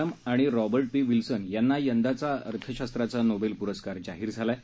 Paul R Milgrom आणि Robert P Wilson यांना यंदाचा अर्थशास्त्राचा नोबेल पुरस्कार जाहीर झाला आहे